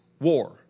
war